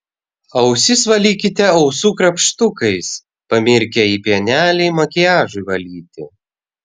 ausis valykite ausų krapštukais pamirkę į pienelį makiažui valyti